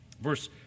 Verse